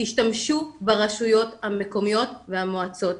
תשתמשו ברשויות המקומיות והמועצות,